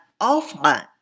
offline